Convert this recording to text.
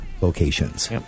locations